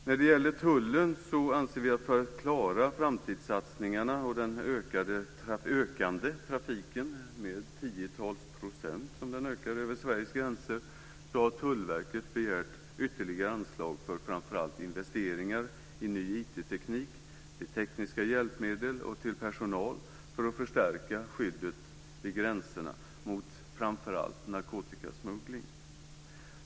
För att klara framtidssatsningarna och den ökande trafiken - den ökar med tiotals procent över Sveriges gränser - har Tullverket begärt ytterligare anslag för framför allt investeringar i ny informationsteknik, tekniska hjälpmedel och personal för att förstärka skyddet vid gränserna mot framför allt narkotikasmuggling.